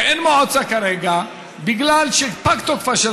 שאין מועצה כרגע בגלל שפג תוקפה.